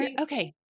Okay